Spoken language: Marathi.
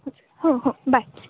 हो हो बाय